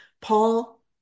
Paul